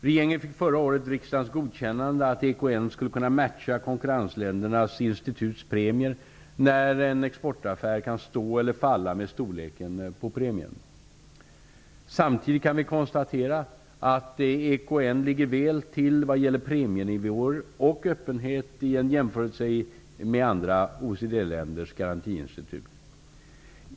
Regeringen fick förra året riksdagens godkännande för att EKN skulle kunna matcha konkurrentländernas instituts premier när en exportaffär kan stå eller falla med storleken på premien. Samtidigt kan vi konstatera att EKN ligger väl till vad gäller premienivåer och öppenhet i en jämförelse med andra OECD-länders garantiinstitut.